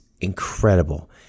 incredible